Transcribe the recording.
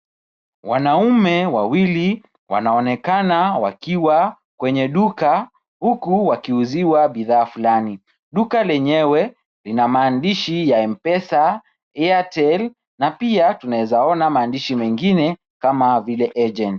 Wanaume wawili wanaonekana wakiwa kwenye duka huku wakiuziwa bidhaa fulani. Duka lenyewe lina maandishi ya M-pesa, Airtel na pia tunaweza ona maandishi mengine kama vile agent .